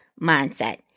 mindset